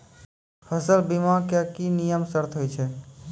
फसल बीमा के की नियम सर्त होय छै?